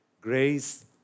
grace